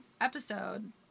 episode